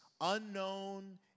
unknown